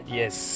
yes